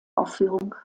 aufführung